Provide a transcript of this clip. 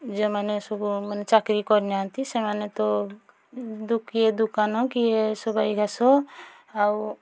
ଯେଉଁମାନେ ସବୁ ଚାକିରୀ ମାନେ କରିନାହାନ୍ତି ସେମାନେ ତ କିଏ ଦୋକାନ କିଏ ସବାଇ ଘାସ ଆଉ